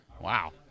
wow